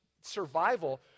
survival